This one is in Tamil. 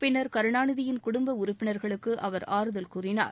பின்னர் கருணாநிதியின் குடும்ப உறுப்பினர்களுக்கு அவர் ஆறுதல் கூறினார்